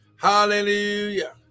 Hallelujah